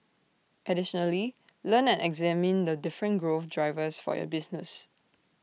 additionally learn and examine the different growth drivers for your business